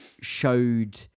showed